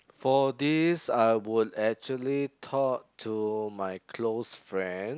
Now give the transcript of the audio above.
for this I would actually talk to my close friend